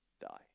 die